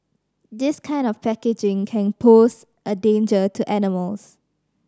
this kind of packaging can pose a danger to animals